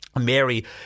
Mary